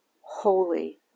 holy